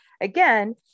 again